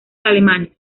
alemanes